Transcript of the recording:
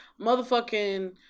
motherfucking